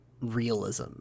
realism